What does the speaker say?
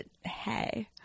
hey